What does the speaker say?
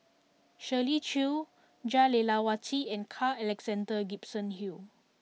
Shirley Chew Jah Lelawati and Carl Alexander Gibson Hill